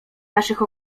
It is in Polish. naszych